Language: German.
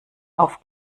auf